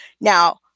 Now